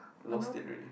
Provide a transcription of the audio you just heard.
lost it already